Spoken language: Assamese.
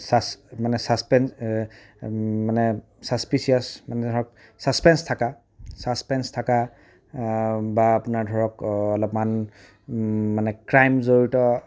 মানে ছাছপেঞ্চ মানে চাছপিছিয়াছ মানে ধৰক ছাছপেঞ্চ থকা ছাছপেঞ্চ থকা বা আপোনাৰ ধৰক অলপমান মানে ক্ৰাইম জড়িত